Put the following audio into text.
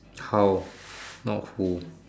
how not who